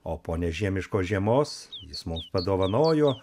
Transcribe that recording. o po nežiemiškos žiemos jis mums padovanojo